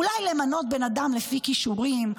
אולי למנות בן אדם לפי כישורים?